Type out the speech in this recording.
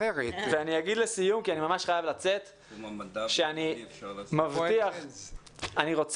שאני רוצה שהוועדה הזו תהיה כמו שאנחנו היינו רוצים